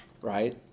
right